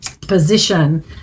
position